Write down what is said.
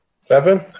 Seven